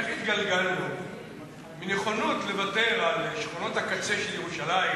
איך התגלגלנו מנכונות לוותר על שכונות הקצה של ירושלים